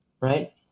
right